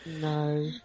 No